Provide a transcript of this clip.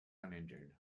uninjured